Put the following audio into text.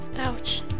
Ouch